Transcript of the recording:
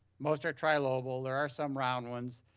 most are trilobal. there are some round ones.